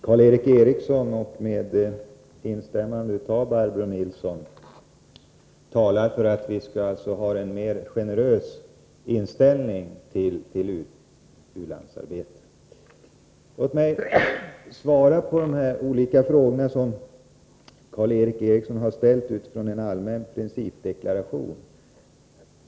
Fru talman! Karl Erik Eriksson talar för att vi skall ha en mera generös inställning till u-landsarbete, i vilket Barbro Nilsson i Örnsköldsvik instämmer. Låt mig svara på de frågor som Karl Erik Eriksson ställde utifrån en allmän principdeklaration.